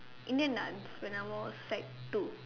Indian dance when I was sec two